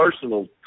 personal